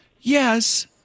yes